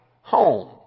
home